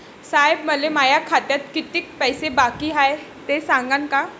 साहेब, मले माया खात्यात कितीक पैसे बाकी हाय, ते सांगान का?